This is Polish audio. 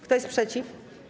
Kto jest przeciw?